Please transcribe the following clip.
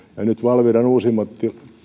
ja nyt valviran uusimmat